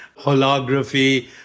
holography